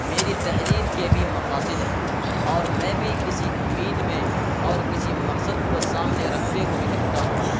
میری تحریر کے بھی مقاصد ہیں اور میں بھی کسی امید میں اور کسی مقصد کو سامنے رکھتے ہوئے لکھتا ہوں